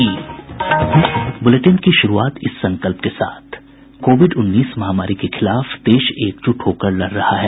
bulletin की शुरूआत से पहले ये संकल्प कोविड उन्नीस महामारी के खिलाफ देश एकजुट होकर लड़ रहा है